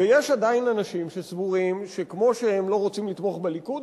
יש עדיין אנשים שסבורים שכמו שהם לא רוצים לתמוך בליכוד,